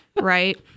right